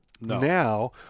Now